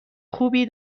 خوبی